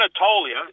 Anatolia